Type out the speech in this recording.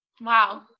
Wow